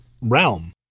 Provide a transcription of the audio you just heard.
realm